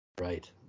right